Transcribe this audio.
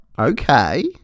Okay